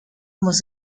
was